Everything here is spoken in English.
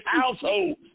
household